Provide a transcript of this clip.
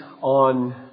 on